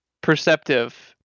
Perceptive